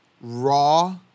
raw